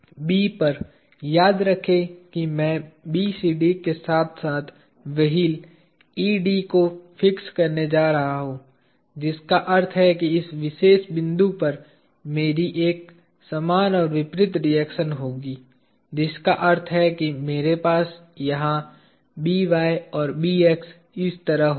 B पर याद रखें कि मैं BCD के साथ साथ व्हील ED को फिक्स करने जा रहा हूं जिसका अर्थ है कि इस विशेष बिंदु पर मेरी एक समान और विपरीत रिएक्शन होगी जिसका अर्थ है कि मेरे पास यहां By और Bx इस तरह होगा